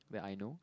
that I know